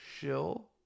Shill